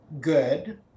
good